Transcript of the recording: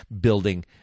building